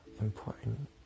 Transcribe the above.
important